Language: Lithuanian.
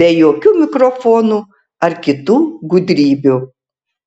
be jokių mikrofonų ar kitų gudrybių